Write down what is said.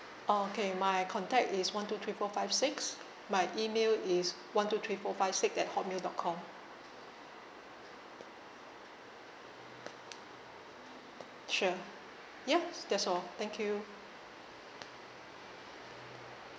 okay my contact is one two three four five six my email is one two three four five six at Hotmail dot com sure ya that's all thank you